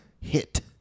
hit